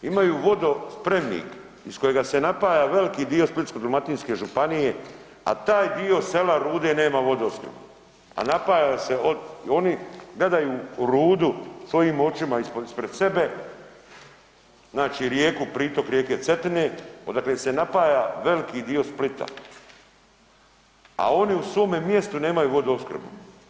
Imaju vodospremnik iz kojega se napaja veliki dio Splitsko-dalmatinske županije, a taj dio sela Rude nema vodoskrb, a napaja se od, oni gledaju u Rudu svojim očima ispred sebe, znači rijeku, pritok rijeke Cetine odakle se napaja veliki dio Splita, a oni u svome mjestu nemaju vodoopskrbu.